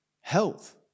health